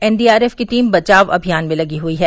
NDRF की team बचाव अभियान में लगी हुई हैं